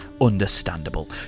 understandable